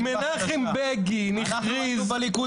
מחליפים --- כי מנחם בגין הכריז,